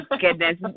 goodness